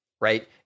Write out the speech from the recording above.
right